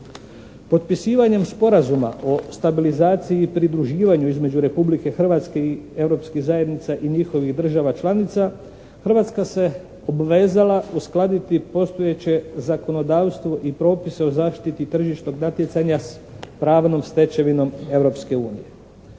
Potpisivanjem Sporazuma o stabilizaciji i pridruživanju između Republike Hrvatske i Europskih zajednica i njihovih država članica Hrvatska se obvezala uskladiti postojeće zakonodavstvo i propise o zaštiti tržišnog natjecanja s pravnom stečevinom